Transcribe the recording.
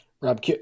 Rob